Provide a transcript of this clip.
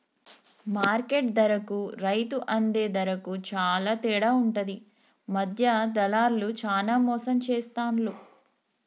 market ధరకు రైతు అందే ధరకు చాల తేడా ఉంటది మధ్య దళార్లు చానా మోసం చేస్తాండ్లు